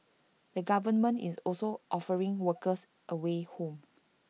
the government is also offering workers A way home